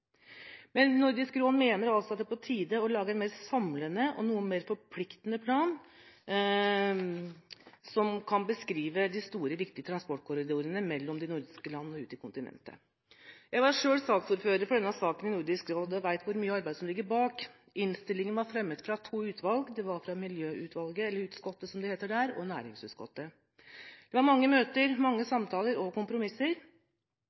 Men Nordisk råd mener altså at det er på tide å lage en mer samlende og noe mer forpliktende plan som kan beskrive de store, viktige transportkorridorene mellom de nordiske land og ut til kontinentet. Jeg var selv saksordfører for denne saken i Nordisk råd, og vet hvor mye arbeid som ligger bak. Innstillingen var fremmet fra to utvalg, fra miljøutvalget, eller -utskottet, som det heter der, og näringsutskottet. Det var mange møter, samtaler og kompromisser, for det var mange